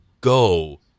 go